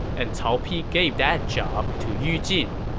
and cao pi gave that job to yu jin,